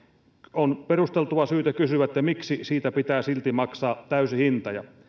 on perusteltua syytä kysyä miksi siitä pitää silti maksaa täysi hinta